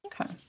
Okay